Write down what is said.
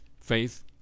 faith